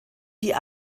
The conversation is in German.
die